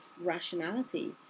rationality